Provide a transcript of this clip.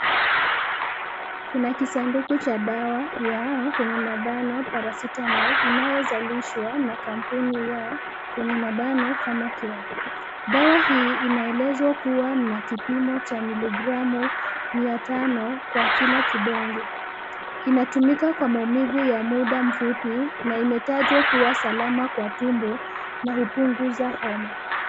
Kuna kisanduku cha dawa ya kwenye mabano Paracetamol inayozalishwa na kampuni ya kwenye mabano Pharmacare. Dawa hii inaelezwa kuwa na kipimo miligramu mia tano kwa kila kidonge. Inatumika kwa maumivu ya muda mfupi na imetajwa kuwa salama kwa tumbo na hupunguza homa.